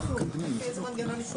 לפי איזה מנגנון עדכון?